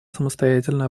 самостоятельно